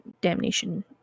damnation